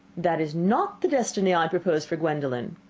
that is not the destiny i propose for gwendolen.